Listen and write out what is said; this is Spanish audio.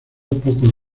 poco